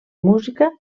música